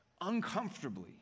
uncomfortably